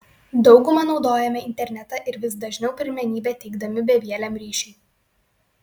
dauguma naudojame internetą ir vis dažniau pirmenybę teikdami bevieliam ryšiui